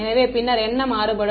எனவே பின்னர் என்ன மாறுபடும்